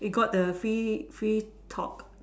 you got the free free talk